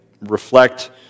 reflect